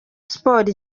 sports